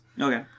Okay